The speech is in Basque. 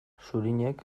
zurinek